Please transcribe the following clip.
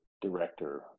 director